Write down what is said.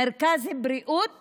מרכז בריאות